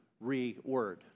re-word